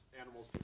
animals